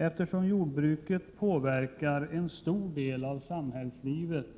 Eftersom jordbruket påverkar en stor del av samhällslivet